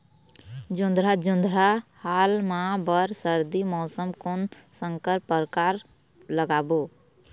जोंधरा जोन्धरा हाल मा बर सर्दी मौसम कोन संकर परकार लगाबो?